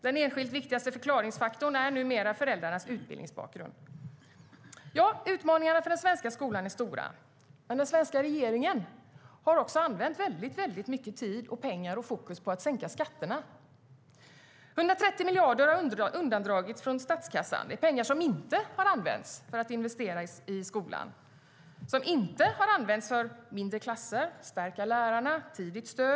Den enskilt viktigaste förklaringsfaktorn är numera föräldrarnas utbildningsbakgrund. Utmaningarna för den svenska skolan är stora. Men den svenska regeringen har också använt mycket tid, pengar och fokus på att sänka skatterna. 130 miljarder har undandragits från statskassan. Det är pengar som inte har använts för att investera i skolan. De har inte använts till mindre klasser, till att stärka lärarna eller till tidigt stöd.